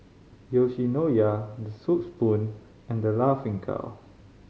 Yoshinoya The Soup Spoon and The Laughing Cow